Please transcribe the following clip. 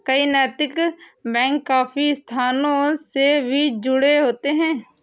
कई नैतिक बैंक काफी संस्थाओं से भी जुड़े होते हैं